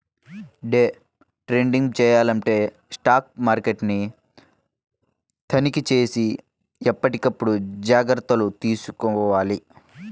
day trading చెయ్యాలంటే stock మార్కెట్ని తనిఖీచేసి ఎప్పటికప్పుడు జాగర్తలు తీసుకోవాలి